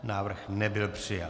Návrh nebyl přijat.